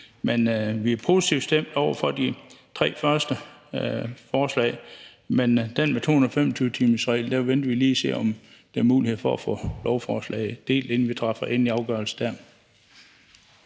Vi er positivt stemt over for de tre første punkter i forslaget, men i forhold til det med 225-timersreglen venter vi lige og ser, om der er mulighed for at få lovforslaget delt, inden vi træffer endelig afgørelse dér.